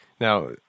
Now